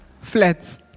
flats